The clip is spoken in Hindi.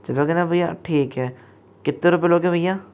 चलोगे न भैया ठीक है कितने रुपये लोगे भैया